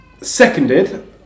seconded